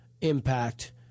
impact